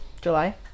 July